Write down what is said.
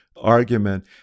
argument